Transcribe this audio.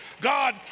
God